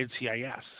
NCIS